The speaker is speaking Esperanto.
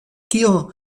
kio